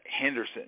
Henderson